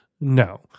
No